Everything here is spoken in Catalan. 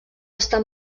estar